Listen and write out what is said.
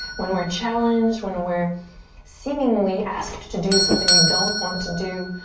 when we're challenged, when we're seemingly asked to do something we don't want to do,